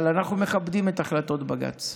אבל אנחנו מכבדים את החלטות בג"ץ.